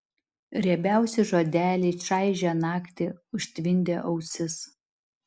riebiausi žodeliai čaižė naktį užtvindė ausis